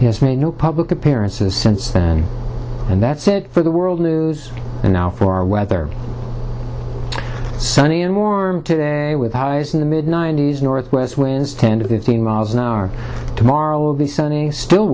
has made no public appearances since then and that's it for the world news now for our weather sunny and warm today with in the mid ninety's northwest winds ten to fifteen miles an hour tomorrow will be sunny still